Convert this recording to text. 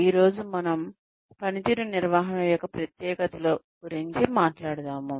ఈ రోజు పనితీరు నిర్వహణ యొక్క ప్రత్యేకతల గురించి మాట్లాడుతాము